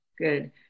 Good